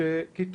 רק חשוב לוודא,